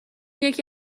یکی